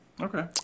Okay